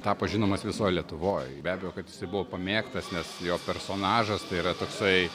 tapo žinomas visoj lietuvoj be abejo kad jisai buvo pamėgtas nes jo personažas tai yra toksai